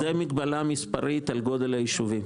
זאת מגבלה מספרית על גודל היישובים.